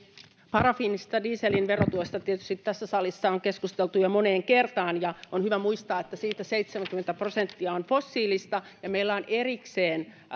parafiinisen dieselin verotuesta tietysti tässä salissa on keskusteltu jo moneen kertaan ja on hyvä muistaa että siitä dieselistä seitsemänkymmentä prosenttia on fossiilista meillä on erikseen